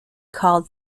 called